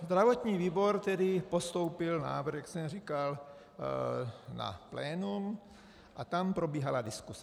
Zdravotní výbor postoupil návrh, jak jsem říkal, na plénum a tam probíhala diskuse.